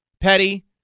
petty